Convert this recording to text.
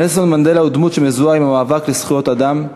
נלסון מנדלה הוא דמות שמזוהה עם המאבק לזכויות אדם,